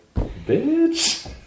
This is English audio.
bitch